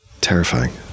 Terrifying